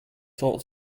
thought